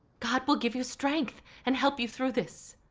god will give you strength and help you through this.